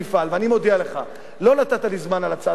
אני מודיע לך, לא נתת לי זמן להצעת החוק הזאת,